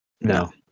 No